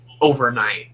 overnight